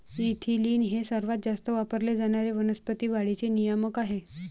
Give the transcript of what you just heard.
ethylene हे सर्वात जास्त वापरले जाणारे वनस्पती वाढीचे नियामक आहे